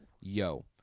Yo